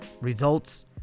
results